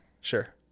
Sure